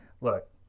Look